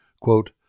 Quote